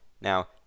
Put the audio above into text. Now